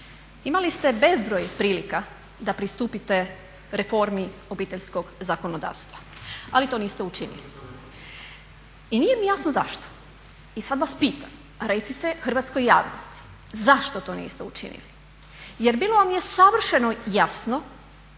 imali ste bezbroj prilika da pristupite reformi obiteljskog zakonodavstva, ali to niste učinili i nije mi jasno zašto. I sad vas pitam, recite hrvatskoj javnosti zašto to niste učinili jer bilo vam je savršeno jasno